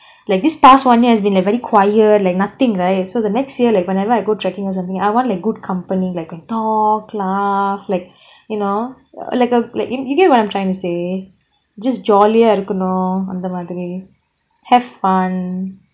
like this past one year has been very like quiet like nothing right so the next year whenever I go trekking or something I want like good company like a talk lah like you know like uh like you you get what I'm trying to say just jolly ah இருக்கனும் அந்த மாதிரி:irukanum antha maathiri have fun